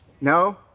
No